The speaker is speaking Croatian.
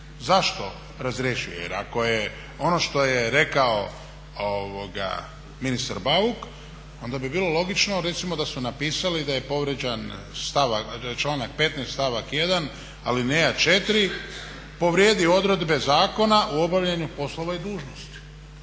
zašto razrješuje. Jer ako je ono što je rekao ministar Bauk onda bi bilo logično recimo da su napisali da je povrijeđen članak 15. stavak 1. alineja 4. povrijedio odredbe zakona u obavljanju poslova i dužnosti.